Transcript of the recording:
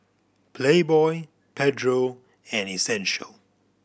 Playboy Pedro and Essential